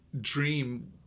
dream